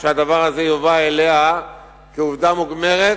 שהדבר הזה יובא אליה כעובדה מוגמרת,